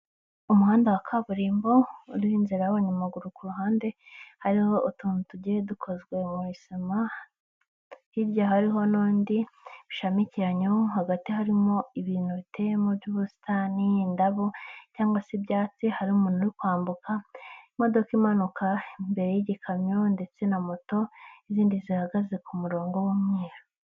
Umuhanda wa kaburimbo uriho inzira y'abanyamaguru ku ruhande. Hariho utuntu tugiye dukozwe mu bisima. Hirya hariho n'undi bishamikiranyaho hagati harimo ibintu biteyemo by'ubusitani, indabo cyangwa se ibyatsi. Harimo umuntu urikwambuka, imodoka imanuka imbere y'igikamyo, ndetse na moto, n'izindi zihagaze ku murongo w'umweru.